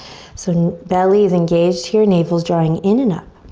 so belly is engaged here, navel's drawing in and up.